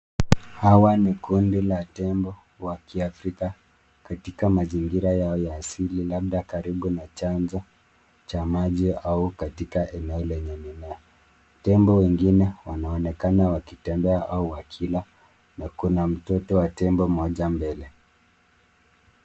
Hawa ni kundi la tembo wa kiAfrika katika mazingira yao ya asili labda karibu na chanzo cha maji au katika eneo lenye mimea. Tembo wengine wanaonekana wakitembea au wakila na kuna mtoto wa tembo mmoja mbele.